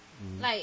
mmhmm